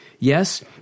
Yes